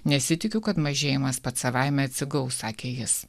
nesitikiu kad mažėjimas pats savaime atsigaus sakė jis